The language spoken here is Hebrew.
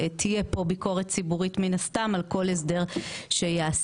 מן הסתם תהיה כאן ביקורת ציבורית על כל הסדר שייעשה.